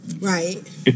Right